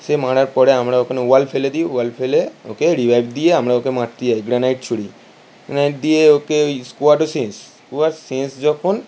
সে মারার পরে আমরা ওখানে ওয়াল ফেলে দিই ওয়াল ফেলে ওকে রেভাইভ দিয়ে আমরা ওকে মারতে যাই গ্রানাইড ছুরি গ্রানাইড দিয়ে ওকে ওই স্কোয়াডও শেষ স্কোয়াড শেষ যখন